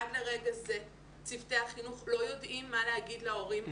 עד לרגע זה צוותי החינוך לא יודעים מה להגיד להורים,